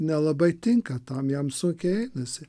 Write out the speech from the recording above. nelabai tinka tam jam sunkiai einasi